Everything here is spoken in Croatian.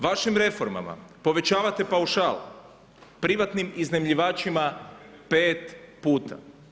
Vašim reformama povećavate paušal privatnim iznajmljivačima 5 puta.